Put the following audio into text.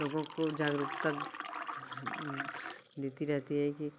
लोगों को जागरूकता देती रहती है कि